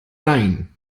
nein